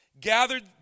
gathered